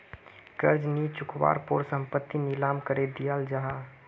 कर्ज नि चुक्वार पोर संपत्ति नीलाम करे दियाल जाहा